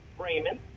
Raymond